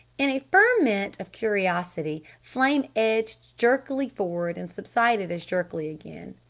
in a ferment of curiosity, flame edged jerkily forward, and subsided as jerkily again.